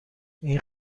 این